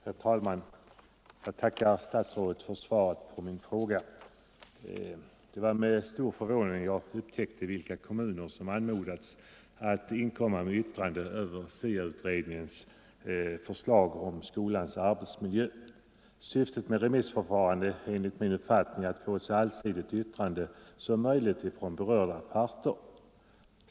Herr talman! Jag tackar statsrådet för svaret på min fråga. Det var med stor förvåning jag upptäckte vilka kommuner som anmodats inkomma med yttrande över SIA-utredningens förslag om skolans arbetsmiljö. Syftet med remissförfarandet är enligt min uppfattning att få ett så allsidigt yttrande som möjligt från berörda parter.